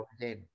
again